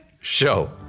Show